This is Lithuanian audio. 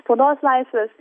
spaudos laisvės